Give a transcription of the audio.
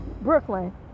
Brooklyn